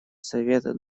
совет